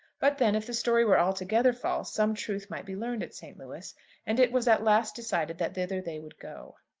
but then, if the story were altogether false, some truth might be learned at st. louis and it was at last decided that thither they would go.